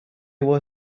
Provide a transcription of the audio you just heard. were